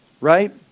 Right